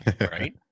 right